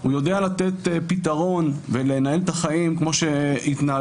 הוא יודע לתת פתרון ולנהל את החיים כמו שהתנהלו